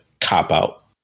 cop-out